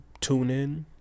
TuneIn